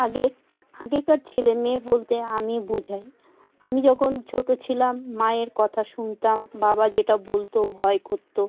আগেকার ছেলে মেয়ে বলতে আমি বোঝাই আমি যখন ছোট ছিলাম মায়ের কথা শুনতাম বাবা যেটা বলতো ভয় করতো